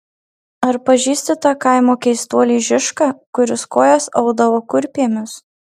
ar pažįsti tą kaimo keistuolį žišką kuris kojas audavo kurpėmis